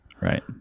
Right